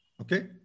Okay